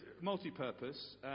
multi-purpose